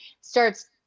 starts